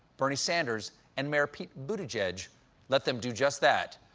bernie sanders, and mayor pete buttigieg let them do just that.